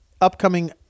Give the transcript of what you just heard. upcoming